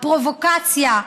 הפרובוקציה.